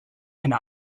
eine